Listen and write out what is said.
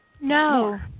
no